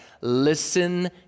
Listen